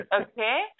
Okay